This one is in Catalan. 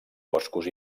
boscos